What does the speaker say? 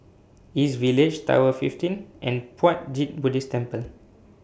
East Village Tower fifteen and Puat Jit Buddhist Temple